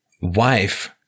wife